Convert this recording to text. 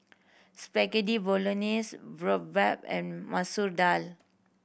Spaghetti Bolognese Boribap and Masoor Dal